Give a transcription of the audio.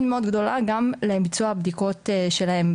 מאוד גדולה גם לביצוע הבדיקות שלהם.